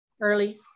early